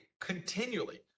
continually